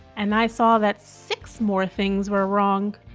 and i saw that six more things were wrong.